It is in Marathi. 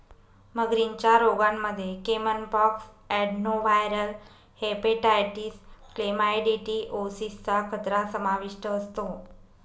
मगरींच्या रोगांमध्ये caiman pox, adenoviral hepatitis, chlamydiosis चा खतरा समाविष्ट असतो